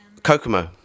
Kokomo